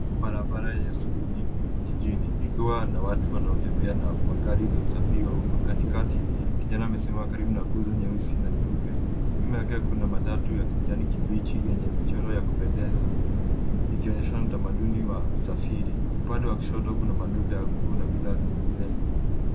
Barabara ya shughuli nyingi jijini likiwa na watu wanaotembea na magari za usafiri wa uma. Katikati, kijana amesimama karibu na nguzo nyeusi na nyeupe. Nyuma yake, kuna matatu ya kijani kibichi yenye michoro ya kupendeza ikionyeshana utamaduni wa usafiri. Upande wa kushoto kuna maduka ya nguo na bidhaa zingine.